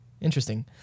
Interesting